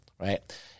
right